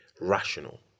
rational